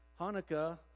Hanukkah